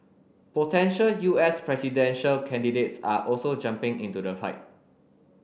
potential U S presidential candidates are also jumping into the fight